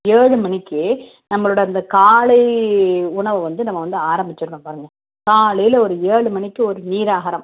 ஏழு மணிக்கே நம்மளோடய அந்த காலை உணவை வந்து நம்ம வந்து ஆரம்மிச்சுரணும் பாருங்க காலையில் ஒரு ஏழு மணிக்கு ஒரு நீர் ஆகாரம்